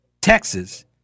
Texas